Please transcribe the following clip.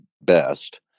best